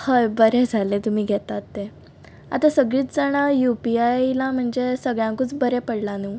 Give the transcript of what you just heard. हय बरें जालें तुमी घेतात तें आतां सगळींच जाणा युपीआय येयलां म्हणजे सगळ्यांकूच बरें पडलां न्हू